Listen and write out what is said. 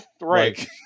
Right